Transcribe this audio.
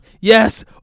yes